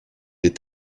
est